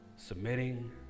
Submitting